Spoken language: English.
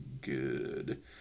good